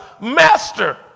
master